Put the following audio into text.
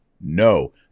No